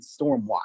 Stormwatch